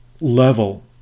level